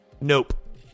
Nope